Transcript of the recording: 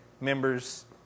members